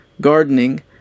gardening